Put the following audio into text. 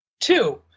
Two